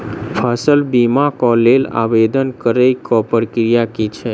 फसल बीमा केँ लेल आवेदन करै केँ प्रक्रिया की छै?